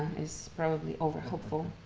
is probably over-hopeful.